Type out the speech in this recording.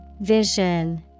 Vision